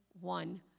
one